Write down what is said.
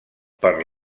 per